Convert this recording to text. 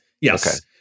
Yes